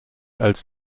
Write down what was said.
als